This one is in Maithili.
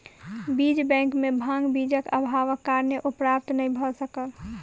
बीज बैंक में भांग बीजक अभावक कारणेँ ओ प्राप्त नै भअ सकल